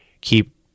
Keep